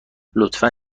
لطفا